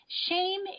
shame